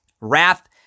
Wrath